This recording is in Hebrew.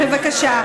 בבקשה.